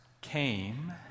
came